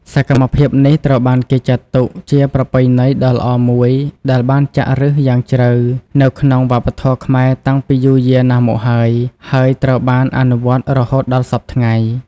សកម្មភាពនេះត្រូវបានគេចាត់ទុកជាប្រពៃណីដ៏ល្អមួយដែលបានចាក់ឫសយ៉ាងជ្រៅនៅក្នុងវប្បធម៌ខ្មែរតាំងពីយូរយារណាស់មកហើយ ហើយត្រូវបានអនុវត្តរហូតដល់សព្វថ្ងៃ។